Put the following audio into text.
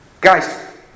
Guys